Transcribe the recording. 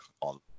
on